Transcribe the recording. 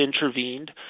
intervened